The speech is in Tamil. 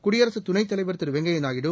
குடியரசு துணைத்தலைவர் திரு வெங்கையா நாயுடு